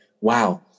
wow